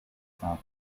father